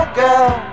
girl